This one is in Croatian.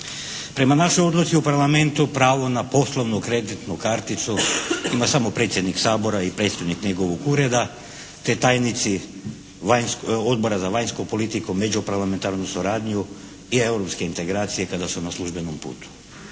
Prema našoj odluci u Parlamentu pravo na poslovnu kreditnu karticu ima samo predsjednik Sabora i predstojnik njegovog ureda, te tajnici Odbora za vanjsku politiku, međuparlamentarnu suradnju i europske integracije kada su na službenom putu.